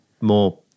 more